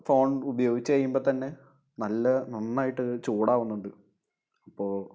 phone ഉപയോഗിച്ച് കഴിയുമ്പോൾ തന്നെ നല്ല നന്നായിട്ട് അത് ചൂടാവുന്നുണ്ട് അപ്പോൾ